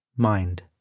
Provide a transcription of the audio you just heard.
Mind